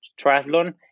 triathlon